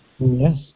Yes